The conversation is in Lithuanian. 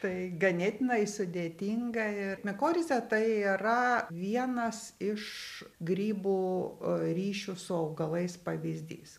tai ganėtinai sudėtinga ir mikorizė tai yra vienas iš grybų ryšių su augalais pavyzdys